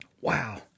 wow